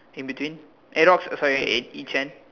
in between eh rocks uh sorry each end